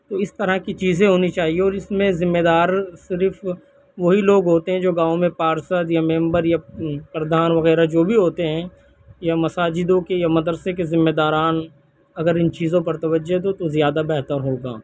تو اس طرح کی چیزیں ہونی چاہئیں اور اس میں ذمے دار صرف وہی لوگ ہوتے ہیں جو گاؤں میں پارشد یا میمبر یا پردھان وغیرہ جو بھی ہوتے ہیں یا مساجدوں کے یا مدرسوں کے ذمے داران اگر ان چیزوں پر توجہ دیں تو زیادہ بہتر ہوگا